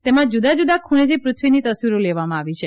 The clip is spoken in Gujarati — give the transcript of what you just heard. તેમાં જુદા જુદા ખુણેથી પૃથ્વીની તસવીરો લેવામાં આવી છે